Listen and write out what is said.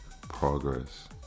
progress